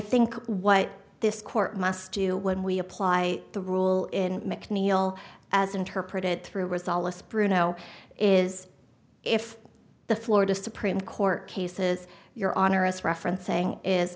think what this court must do when we apply the rule in mcneil as interpreted through was all us bruno is if the florida supreme court cases your honor is referencing is